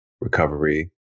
recovery